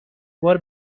بار